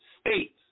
states